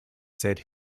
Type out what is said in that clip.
said